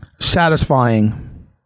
satisfying